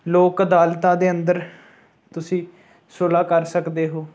ਲੋਕ ਅਦਾਲਤਾਂ ਦੇ ਅੰਦਰ ਤੁਸੀਂ ਸੁਲਹਾ ਕਰ ਸਕਦੇ ਹੋ